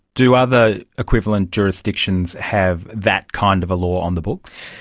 do other equivalent jurisdictions have that kind of a law on the books?